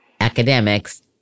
academics